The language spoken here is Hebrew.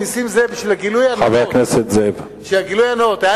חבר הכנסת נסים זאב, בשביל הגילוי הנאות, אני רוצה